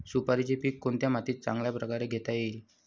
सुपारीचे पीक कोणत्या मातीत चांगल्या प्रकारे घेता येईल?